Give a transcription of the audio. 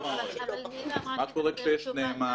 אצלנו בחשבון כשהוא נרשם אפשר לשאול אותו על נהנים,